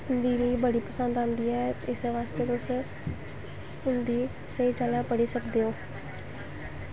हिन्दी मिगी बड़ी पसंद आंदी ऐ इस्सै बास्तै तुस हिन्दी स्हेई चाल्ली नै पढ़ी सकदे ओ